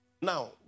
now